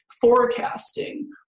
forecasting